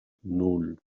nul